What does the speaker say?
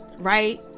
right